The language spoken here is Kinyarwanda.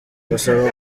basaba